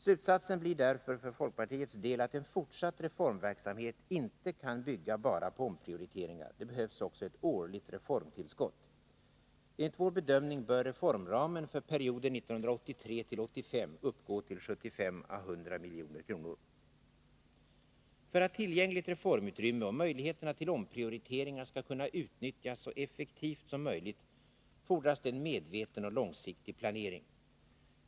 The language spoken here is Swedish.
Slutsatsen blir därför för folkpartiets del att en fortsatt reformverksamhet inte kan bygga bara på omprioriteringar. Det behövs också ett årligt reformtillskott. Enligt vår bedömning bör reformramen för perioden 1983-1985 uppgå till 75-100 milj.kr. För att tillgängligt reformutrymme och möjligheterna till omprioriteringar skall kunna utnyttjas så effektivt som möjligt fordras det en medveten och långsiktig planering.